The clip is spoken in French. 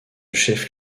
chef